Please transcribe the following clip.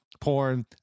Porn